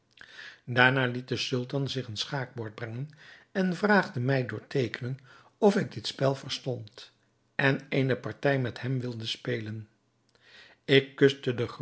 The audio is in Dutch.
daarna liet de sultan zich een schaakbord brengen en vraagde mij door teekenen of ik dit spel verstond en eene partij met hem wilde spelen ik